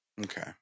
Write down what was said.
Okay